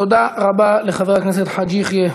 תודה רבה לחבר הכנסת חאג' יחיא.